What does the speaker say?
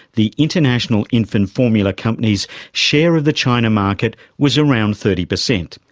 the international infant formula companies' share of the china market was around thirty percent.